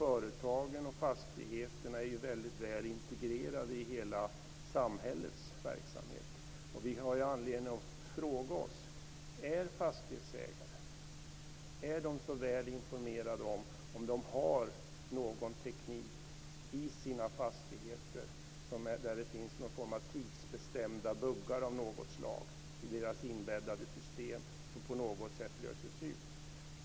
Företagen och fastigheterna är ju väldigt väl integrerade i hela samhällets verksamhet. Vi har anledning att fråga oss: Är fastighetsägare tillräckligt väl informerade om ifall de har teknik i sina fastigheter som har någon form av tidsbestämda buggar i de inbäddade systemen som på något sätt löses ut?